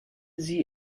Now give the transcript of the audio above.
sie